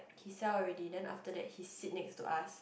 he sell already then after that he sit next to us